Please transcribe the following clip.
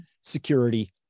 security